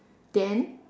then